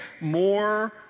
more